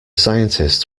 scientists